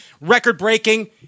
record-breaking